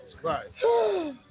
Right